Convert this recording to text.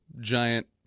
giant